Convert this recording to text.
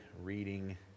reading